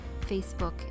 Facebook